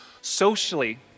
Socially